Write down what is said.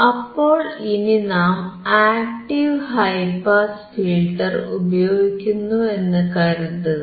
അപ്പോൾ ഇനി നാം ആക്ടീവ് ഹൈ പാസ് ഫിൽറ്റർ ഉപയോഗിക്കുന്നു എന്നു കരുതുക